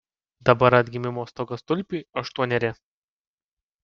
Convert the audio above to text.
dabar atgimimo stogastulpiui aštuoneri